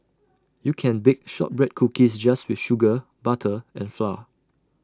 you can bake Shortbread Cookies just with sugar butter and flour